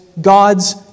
God's